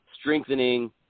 strengthening